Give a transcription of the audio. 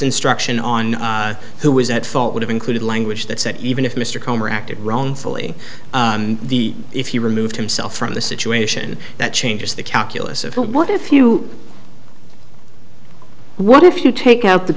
instruction on who was at fault would have included language that said even if mr komer acted wrongfully the if you removed himself from the situation that changes the calculus of what if you what if you take out the